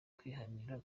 kwihanira